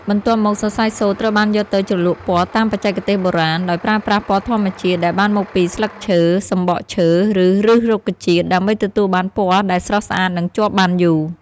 បន្ទាប់មក សរសៃសូត្រត្រូវបានយកទៅជ្រលក់ពណ៌តាមបច្ចេកទេសបុរាណ ដោយប្រើប្រាស់ពណ៌ធម្មជាតិដែលបានមកពីស្លឹកឈើ សំបកឈើ ឬឫសរុក្ខជាតិ ដើម្បីទទួលបានពណ៌ដែលស្រស់ស្អាតនិងជាប់បានយូរ។